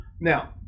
Now